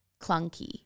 clunky